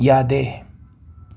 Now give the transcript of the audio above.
ꯌꯥꯗꯦ